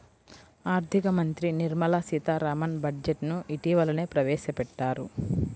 ఆర్ధిక మంత్రి నిర్మలా సీతారామన్ బడ్జెట్ ను ఇటీవలనే ప్రవేశపెట్టారు